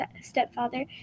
stepfather